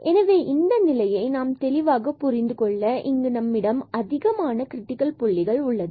எனவே இந்த நிலையை நாம் தெளிவாக புரிந்துகொள்ள இங்கு நம்மிடம் அதிகமான கிரிடிக்கல் புள்ளிகள் உள்ளது